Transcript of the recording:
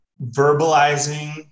verbalizing